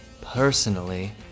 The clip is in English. personally